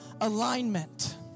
alignment